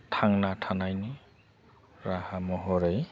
थांना थानायनि राहा महरै